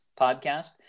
podcast